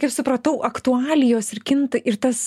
kaip supratau aktualijos ir kinta ir tas